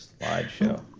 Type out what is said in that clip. slideshow